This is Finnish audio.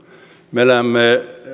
me elämme